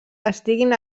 estiguin